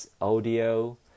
audio